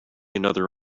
another